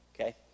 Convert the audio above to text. okay